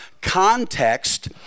context